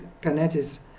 Canetti's